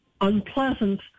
unpleasant